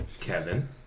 Kevin